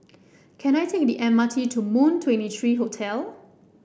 can I take the M R T to Moon Twenty three Hotel